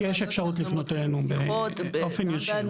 יש אפשרות לפנות אלינו באופן ישיר.